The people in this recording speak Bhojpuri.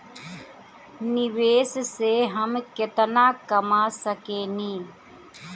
निवेश से हम केतना कमा सकेनी?